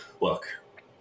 look